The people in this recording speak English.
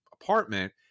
apartment